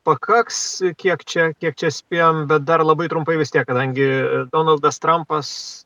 pakaks kiek čia kiek čia spėjam bet dar labai trumpai vis tiek kadangi donaldas trampas